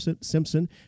Simpson